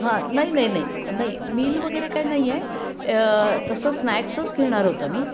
हां नाही नाही नाही नाही मील वगैरे काही नाही आहे तसं स्नॅक्सच घेणार आहोत आम्ही